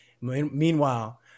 meanwhile